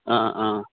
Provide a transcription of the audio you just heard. অঁ অঁ